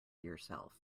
yourself